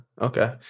okay